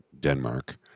Denmark